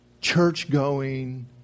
church-going